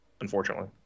unfortunately